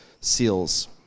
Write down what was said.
seals